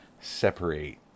separate